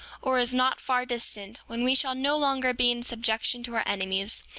or is not far distant, when we shall no longer be in subjection to our enemies,